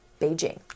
Beijing